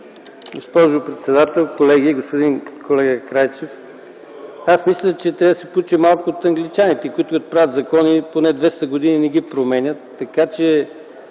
Господин колега Крайчев, мисля, че трябва да се поучим малко от англичаните, които правят закони и поне 200 години не ги променят. Така че